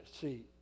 see